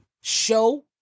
Show